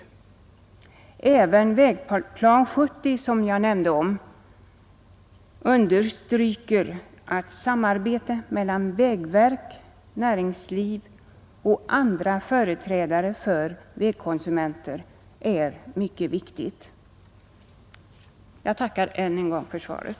Även Vägplan 70, som jag nämnde, understryker att ett samarbete mellan vägverk, näringsliv och andra företrädare för vägkonsumenter är mycket viktigt. Jag tackar än en gång för svaret.